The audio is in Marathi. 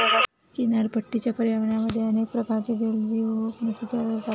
किनारपट्टीच्या पर्यावरणामध्ये अनेक प्रकारचे जलजीव व वनस्पती आढळतात